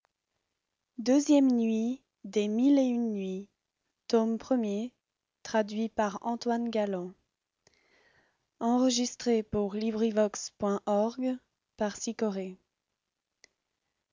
gutenberg's les mille et une nuits